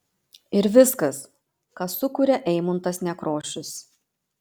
ir viskas ką sukuria eimuntas nekrošius